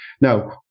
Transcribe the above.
Now